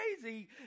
crazy